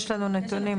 יש לנו נתונים.